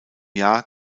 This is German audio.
jahr